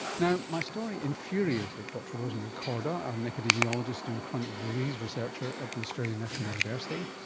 now, my story infuriated dr rosemary korda, an epidemiologist and chronic disease researcher at the australian national university,